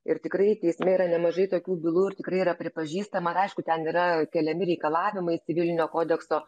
ir tikrai teisme yra nemažai tokių bylų ir tikrai yra pripažįstama ir aišku ten yra keliami reikalavimai civilinio kodekso